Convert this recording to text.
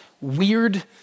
weird